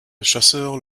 chasseur